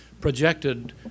projected